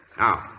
Now